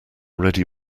ready